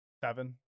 Seven